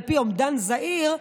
על פי אומדן זהיר,